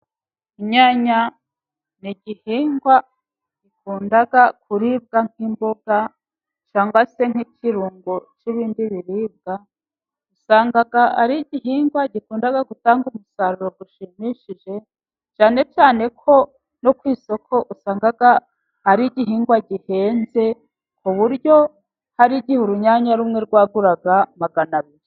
Inyanya nigihingwa gikunda kuribwa nk'imboga, cyangwa se nk'ikirungo nk'ibind biribwa, usanga ari igihingwa gikunda gutanga umusaruro ushimishije, cyane cyane ko no ku isoko usanga ari igihingwa gihenze, ku buryo hari igihe urunyanya rumwe rwaguraga magana abiri.